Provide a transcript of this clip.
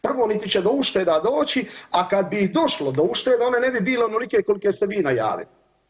Prvo, niti će do ušteda doći, a kad bi i došlo do ušteda one ne bi bile onolike kolike ste vi najavili.